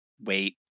wait